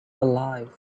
alive